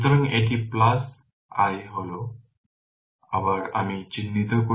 সুতরাং এটি এই হল আবার আমি চিহ্নিত করছি না এটি বোধগম্য